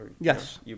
Yes